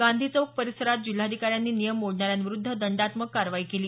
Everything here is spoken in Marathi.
गांधी चौक परिसरात जिल्हाधिकाऱ्यांनी नियम मोडण्याऱ्यांविरूद्ध दंडात्मक कारवाई केली